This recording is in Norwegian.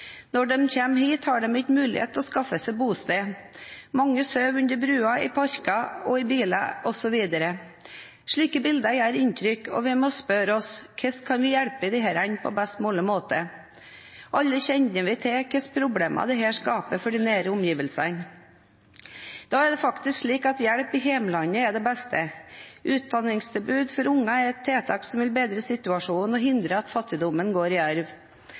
Når de kommer hit, har de ikke mulighet til å skaffe seg bosted. Mange sover under broer, i parker og i biler osv. Slike bilder gjør inntrykk, og vi må spørre oss: Hvordan kan vi hjelpe disse på best mulig måte? Alle kjenner vi til hva slags problemer dette skaper for de nære omgivelsene. Da er det faktisk slik at hjelp i hjemlandet er det beste. Utdanningstilbud for unger er et tiltak som vil bedre situasjonen og hindre at fattigdommen går i